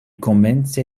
komence